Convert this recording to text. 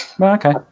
Okay